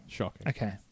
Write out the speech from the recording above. okay